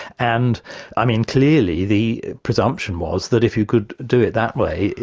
and i mean clearly the presumption was that if you could do it that way,